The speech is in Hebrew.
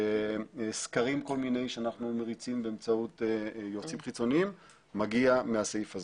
כול מיני סקרים שאנחנו מריצים באמצעות יועצים חיצוניים מגיע מהסעיף הזה.